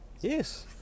Yes